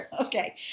Okay